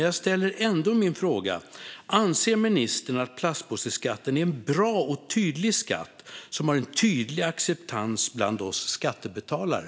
Jag ställer ändå min fråga: Anser ministern att plastpåseskatten är en bra skatt som har en tydlig acceptans bland oss skattebetalare?